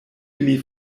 ili